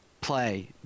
play